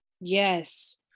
yes